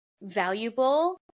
valuable